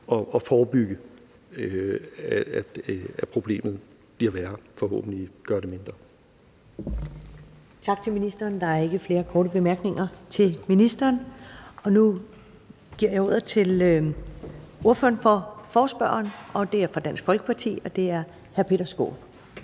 at forebygge, at problemet bliver værre, og forhåbentlig gøre det mindre?